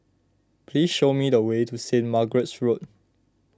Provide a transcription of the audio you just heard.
please show me the way to Saint Margaret's Road